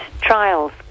trials